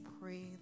pray